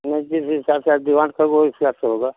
नहीं तो जो हिसाब से आप डिमांड कर रहे हो उस हिसाब से होगा